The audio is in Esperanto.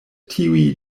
tiuj